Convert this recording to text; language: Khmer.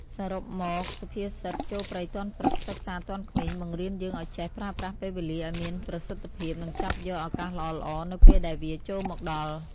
សរុបមក សុភាសិត ចូលព្រៃទាន់ព្រឹក សិក្សាទាន់ក្មេង បង្រៀនយើងឱ្យចេះ ប្រើប្រាស់ពេលវេលាឱ្យមានប្រសិទ្ធភាព និងចាប់យកឱកាសល្អៗនៅពេលដែលវាចូលមកដល់ ។